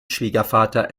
schwiegervater